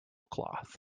cloth